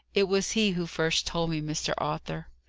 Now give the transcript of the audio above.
it was he who first told me, mr. arthur.